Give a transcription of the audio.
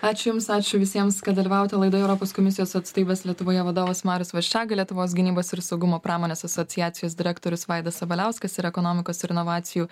ačiū jums ačiū visiems kad dalyvavote laidoje europos komisijos atstovybės lietuvoje vadovas marius vaščega lietuvos gynybos ir saugumo pramonės asociacijos direktorius vaidas sabaliauskas ir ekonomikos ir inovacijų